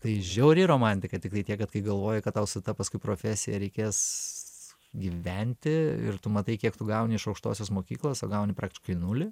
tai žiauri romantika tiktai tiek kad kai galvoji kad gal su ta paskui profesija reikės gyventi ir tu matai kiek tu gauni iš aukštosios mokyklos o gauni praktiškai nulį